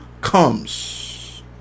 comes